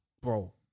bro